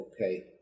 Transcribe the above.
Okay